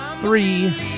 Three